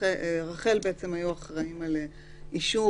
הרחב היא עלות יותר נמוכה ואצלכם זה יותר יקר.